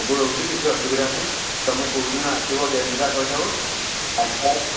ସବୁ ରହୁଛି କିଛି ଅସୁବିଧା ନାହିଁ ତମେ କୋଉଦିନ ଆସିବ ଡେଟ୍ ଟା କହିଦେବ ଆସ